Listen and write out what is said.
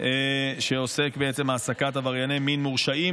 שעוסק בעצם העסקת עברייני מין מורשעים